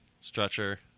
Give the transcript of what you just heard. stretcher